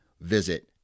visit